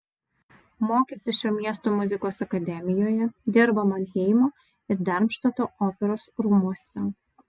mokėsi šio miesto muzikos akademijoje dirbo manheimo ir darmštato operos rūmuose